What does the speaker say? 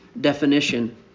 definition